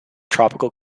tropical